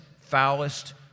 foulest